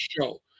show